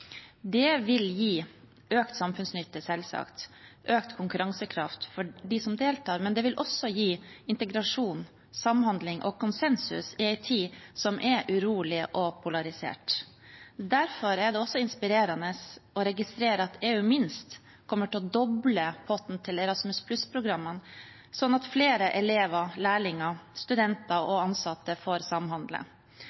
Det vil selvsagt gi økt samfunnsnytte, økt konkurransekraft for dem som deltar, og det vil også gi integrasjon, samhandling og konsensus i en tid som er urolig og polarisert. Derfor er det også inspirerende å registrere at EU minst kommer til å doble potten til Erasmus+-programmene, sånn at flere elever, lærlinger, studenter og